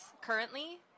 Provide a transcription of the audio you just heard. currently